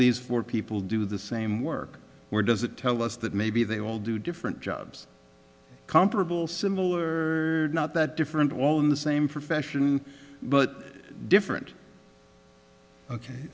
these four people do the same work or does it tell us that maybe they will do different jobs comparable similar not that different all in the same for fashion but different ok